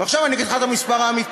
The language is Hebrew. ועכשיו אני אגיד לך את המספר האמיתי: